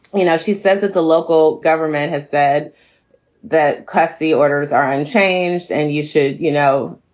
you know, she said that the local government has said that custody orders are unchanged. and you should. you know,